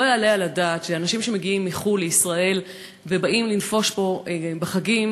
לא יעלה על הדעת שאנשים שמגיעים מחו"ל לישראל ובאים לנפוש פה בחגים,